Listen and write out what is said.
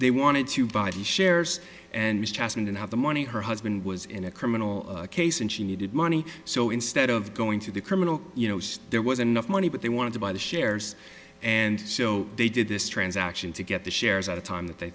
they wanted to buy the shares and ms jasmine didn't have the money her husband was in a criminal case and she needed money so instead of going to the criminal you know there was enough money but they wanted to buy the shares and so they did this transaction to get the shares at a time that they